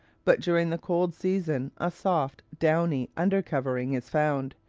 but during the cold season a soft, downy under-covering is found,